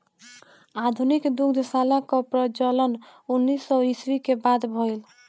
आधुनिक दुग्धशाला कअ प्रचलन उन्नीस सौ ईस्वी के बाद भइल